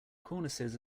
cornices